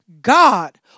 God